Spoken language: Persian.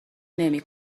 نمی